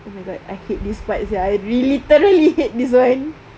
oh my god I hate this part sia I really literally hate this [one]